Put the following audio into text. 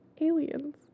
aliens